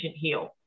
heal